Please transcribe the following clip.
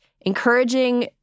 encouraging